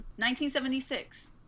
1976